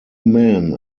men